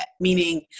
meaning